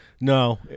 No